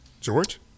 George